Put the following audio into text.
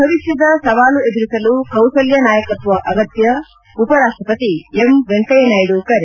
ಭವಿಷ್ಣದ ಸವಾಲು ಎದುರಿಸಲು ಕೌಶಲ್ಯ ನಾಯಕತ್ವ ಅಗತ್ಯ ಉಪ ರಾಷ್ಷಪತಿ ಎಂ ವೆಂಕಯ್ಯ ನಾಯ್ದ ಕರೆ